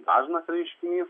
dažnas reiškinys